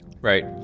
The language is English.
Right